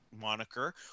moniker